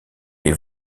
des